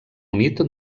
unit